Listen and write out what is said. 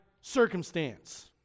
circumstance